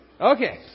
Okay